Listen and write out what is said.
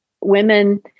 women